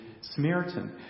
Samaritan